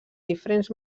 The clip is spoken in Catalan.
diferents